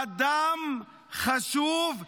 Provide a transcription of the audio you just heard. אדם חשוב מאדמה.